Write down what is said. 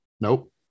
Nope